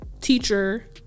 teacher